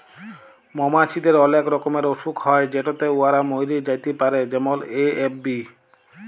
মমাছিদের অলেক রকমের অসুখ হ্যয় যেটতে উয়ারা ম্যইরে যাতে পারে যেমল এ.এফ.বি